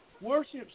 Worship's